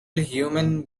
human